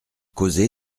causé